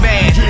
Man